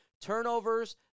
Turnovers